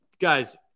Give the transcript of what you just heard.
Guys